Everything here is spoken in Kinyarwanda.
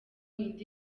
amashusho